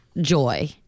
Joy